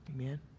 Amen